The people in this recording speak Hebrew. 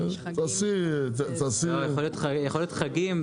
יכול להיות חגים,